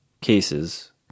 cases